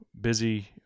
busy